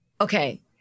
Okay